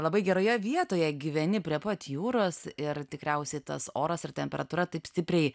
labai geroje vietoje gyveni prie pat jūros ir tikriausiai tas oras ir temperatūra taip stipriai